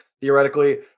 theoretically